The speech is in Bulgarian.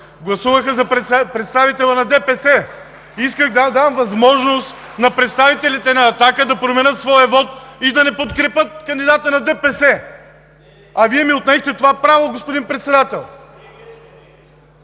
Гласуваха за представителя на ДПС! (Ръкопляскания от ОП.) Исках да дам възможност на представителите на „Атака“ да променят своя вот и да не подкрепят кандидата на ДПС, а Вие ми отнехте това право, господин Председател!